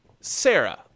Sarah